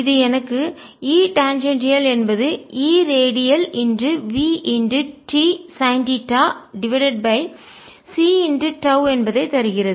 இது எனக்கு E tangential என்பது E radial v t sine theta divided by c τ என்பதை தருகிறது